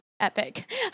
epic